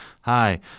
Hi